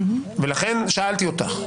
לכן שאלתי אותך,